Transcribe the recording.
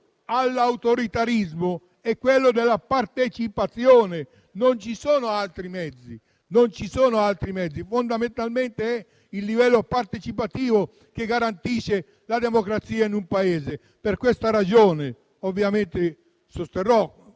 all'autoritarismo è la partecipazione; non ci sono altri mezzi. Fondamentalmente è il livello partecipativo che garantisce la democrazia in un Paese. Per questa ragione, ovviamente, sosterrò